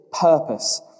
purpose